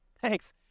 Thanks